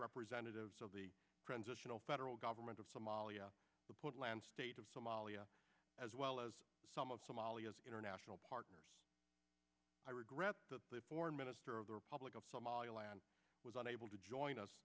representatives of the transitional federal government of somalia the port lands state of somalia as well as some of somalia's international partners i regret that the foreign minister of the republic of somaliland was unable to join us